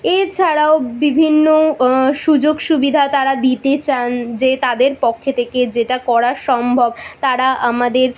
এছাড়াও বিভিন্ন সুযোগ সুবিধা তারা দিতে চান যে তাদের পক্ষ থেকে যেটা করা সম্ভব তারা আমাদের